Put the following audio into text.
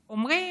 אומרים: